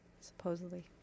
supposedly